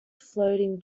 floating